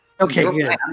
Okay